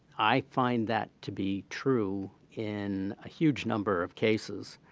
i find that to be true in a huge number of cases.